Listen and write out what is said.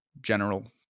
general